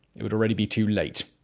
it would already be too late.